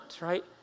right